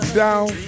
down